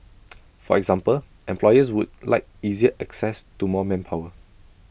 for example employers would like easier access to more manpower